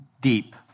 deep